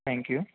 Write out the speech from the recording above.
thank you